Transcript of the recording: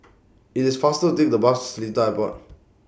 IT IS faster to Take The Bus Seletar Airport